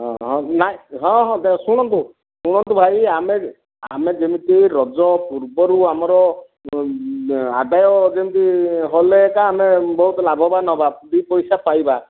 ହଁ ହଁ ନାଇ ହଁ ହଁ ଶୁଣନ୍ତୁ ଶୁଣନ୍ତୁ ଭାଇ ଆମେ ଆମେ ଯେମିତି ରଜ ପୂର୍ବରୁ ଆମର ଆଦାୟ ଯେମିତି ହେଲେ ଏକା ଆମେ ବହୁତ ଲାଭବାନ ହେବା ଦୁଇ ପଇସା ପାଇବା